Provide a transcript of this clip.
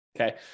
okay